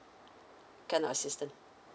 grant assistant